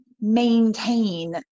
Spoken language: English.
maintain